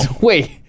Wait